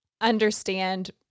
understand